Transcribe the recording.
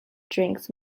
drinks